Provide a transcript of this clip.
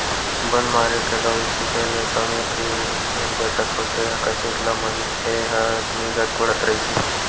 बन मारे के दवई छिते ले समे के घलोक बचत होथे कतेक ल मनसे ह निंदत कोड़त रइही